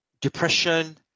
depression